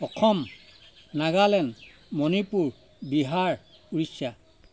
Assam Nagaland Manipur Bihar Orissa